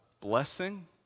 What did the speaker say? blessing